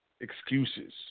excuses